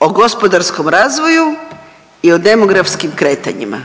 o gospodarskom razvoju i o demografskim kretanjima.